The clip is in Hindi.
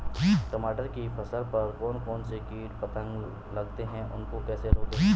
टमाटर की फसल पर कौन कौन से कीट पतंग लगते हैं उनको कैसे रोकें?